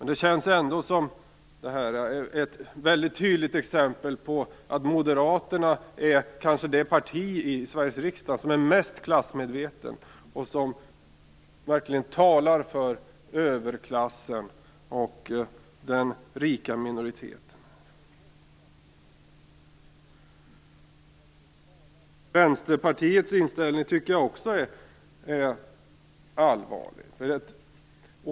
Det här är i alla fall ett tydligt exempel på att Moderaterna kanske är det parti i Sveriges riksdag som är mest klassmedvetet och som verkligen talar för överklassen och den rika minoriteten. Också Vänsterpartiets inställning tycker jag är allvarlig.